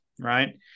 right